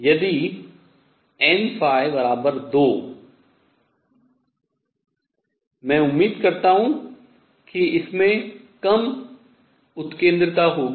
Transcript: यदि n2 मैं उम्मीद करता हूँ कि इसमें कम उत्केंद्रता होंगी